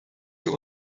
für